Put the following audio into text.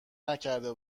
نکرده